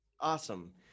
Awesome